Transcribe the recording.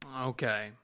Okay